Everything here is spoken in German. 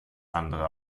andere